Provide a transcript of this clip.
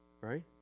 Right